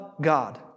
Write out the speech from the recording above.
God